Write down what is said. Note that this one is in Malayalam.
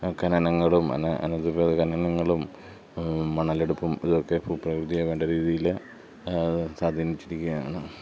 ഖനനങ്ങളും അനധികൃത ഖനനങ്ങളും മണലെടുപ്പും ഇതൊക്കെ ഭൂപ്രകൃതിയെ വേണ്ട രീതിയിൽ സാധീനിച്ചിരിക്കുകയാണ്